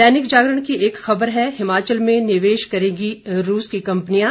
दैनिक जागरण की एक खबर है हिमाचल में निवेश करेंगी रूस की कंपनियां